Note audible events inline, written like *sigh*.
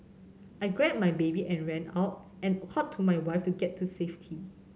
I grabbed my baby and ran out and *unintelligible* to my wife to get to safety